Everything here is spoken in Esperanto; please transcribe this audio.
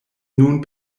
nun